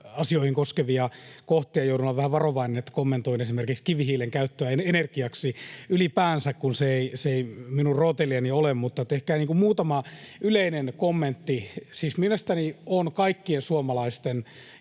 asioita koskevia kohtia, niin joudun olemaan vähän varovainen niin, että kommentoin esimerkiksi kivihiilen käyttöä energiaksi ylipäänsä, kun se ei minun rooteliani ole. Mutta ehkä muutama yleinen kommentti. Siis mielestäni on kaikkien suomalaisten